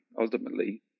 ultimately